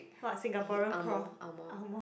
what Singaporean prof angmoh